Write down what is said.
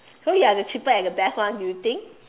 so you are the cheapest and the best one you think